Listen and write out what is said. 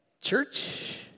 church